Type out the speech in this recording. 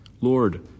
Lord